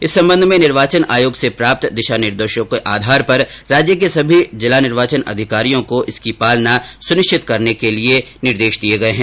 इस संबंध में निर्वाचन आयोग से प्राप्त दिषा निर्देषों के आधार पर राज्य के सभी जिला निर्वाचन अधिकारियों को इसकी पालना सुनिश्चित करने के लिए निर्देश दिए गए हैं